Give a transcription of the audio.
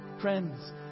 Friends